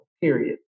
Period